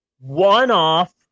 one-off